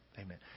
Amen